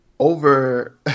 over